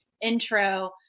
intro